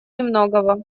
немногого